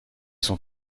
sont